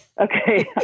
Okay